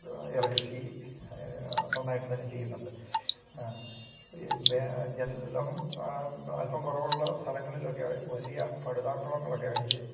എലക്കൃഷി നന്നായിട്ട് തന്നെ ചെയ്യുന്നുണ്ട് ബെ ജലം അൽപ്പം കുറവുള്ള സ്ഥലങ്ങളിൽ ഒക്കെ വലിയ പട്താ കുളങ്ങൾ ഒക്കെ അടിച്ച്